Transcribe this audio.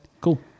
cool